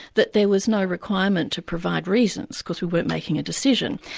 that there was no requirement to provide reasons, because we weren't making a decision.